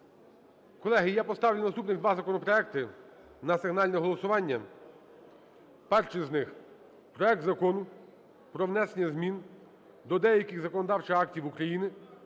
Колеги, я поставлю наступних два законопроекти на сигнальне голосування. Перший з них – проект Закону про внесення змін до деяких законодавчих актів України